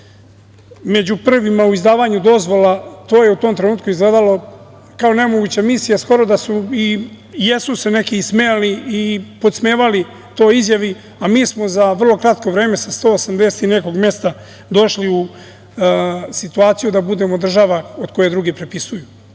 među prvima u izdavanju dozvola, to je u tom trenutku izgledalo kao nemoguća misija. Skoro da su, i jesu se neki smejali i podsmevali toj izjavi, a mi smo za vrlo kratko vreme sa 180 i nekog mesta došli u situaciju da budemo država od koje drugi prepisuju. Kada